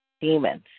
demons